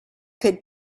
could